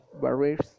barriers